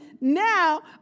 now